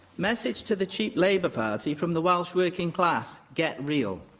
message to the cheap labour party from the welsh working class get real.